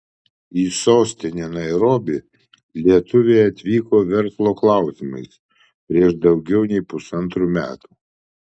į sostinę nairobį lietuvė atvyko verslo klausimais prieš daugiau nei pusantrų metų